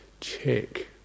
check